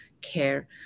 care